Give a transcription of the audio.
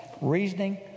reasoning